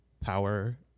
power